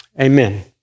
Amen